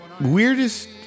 weirdest